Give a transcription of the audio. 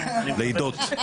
לידות,